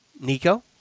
Nico